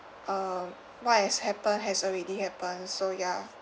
uh what has happened has already happened so ya